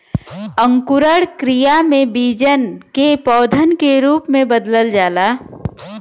अंकुरण क्रिया में बीजन के पौधन के रूप में बदल जाला